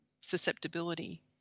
susceptibility